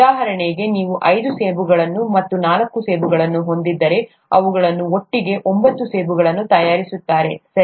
ಉದಾಹರಣೆಗೆ ನೀವು ಐದು ಸೇಬುಗಳು ಮತ್ತು ನಾಲ್ಕು ಸೇಬುಗಳನ್ನು ಹೊಂದಿದ್ದರೆ ಅವುಗಳು ಒಟ್ಟಿಗೆ ಒಂಬತ್ತು ಸೇಬುಗಳನ್ನು ತಯಾರಿಸುತ್ತಾರೆ ಸರಿ